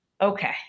Okay